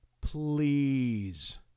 Please